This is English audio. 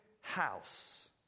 house